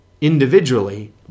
individually